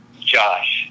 Josh